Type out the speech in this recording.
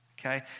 okay